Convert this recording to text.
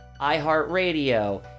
iHeartRadio